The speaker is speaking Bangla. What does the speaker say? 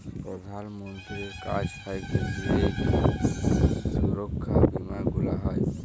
প্রধাল মন্ত্রীর কাছ থাক্যে যেই সুরক্ষা বীমা গুলা হ্যয়